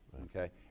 okay